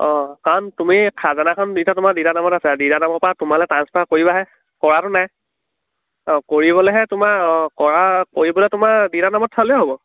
অঁ কাৰণ তুমি খাজানাখন দিছা তোমাৰ দেউতাৰ নামত আছে দেউতাৰ নামৰপৰা তোমালৈ ট্ৰাঞ্চফাৰ কৰিবাহে কৰাটো নাই অঁ কৰিবলৈহে তোমাৰ অঁ কৰা কৰিবলৈ তোমাৰ দেউতাৰ নামত চালেও হ'ব